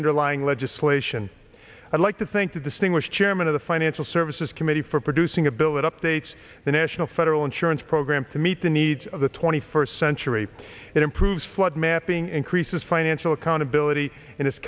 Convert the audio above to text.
underlying legislation i'd like to think the distinguished chairman of the financial services committee for producing a bill that updates the national federal insurance program to meet the needs of the twenty first century it improves flood mapping increases financial accountability and